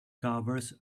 covers